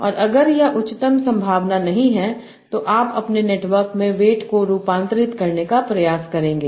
और अगर यह उच्चतम संभावना नहीं है तो आप अपने नेटवर्क में वेट को रूपांतरित करने का प्रयास करेंगे